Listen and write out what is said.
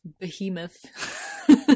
behemoth